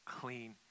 clean